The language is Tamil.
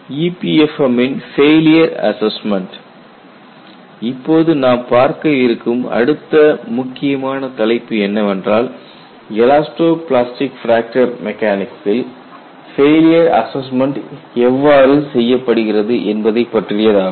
EPFM ம்மில் ஃபெயிலியர் அசஸ்மெண்ட் இப்போது நாம் பார்க்க இருக்கும் அடுத்த முக்கியமான தலைப்பு என்னவென்றால் எலாஸ்டோ பிளாஸ்டிக் பிராக்சர் மெக்கானிக்சில் ஃபெயிலியர் அசஸ்மெண்ட்டை எவ்வாறு செய்வது என்பதை பற்றியதாகும்